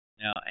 Now